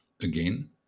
again